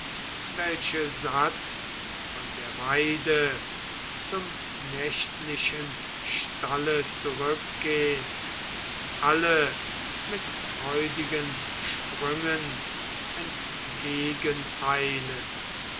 welche satt von der weide zum nächtlichen stalle zurückgehn alle mit freudigen sprüngen